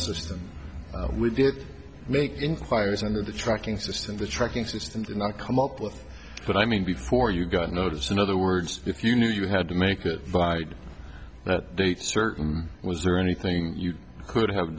system we did make inquiries and the tracking system the tracking system did not come up with but i mean before you got notice in other words you knew you had to make that vide date certain was there anything you could have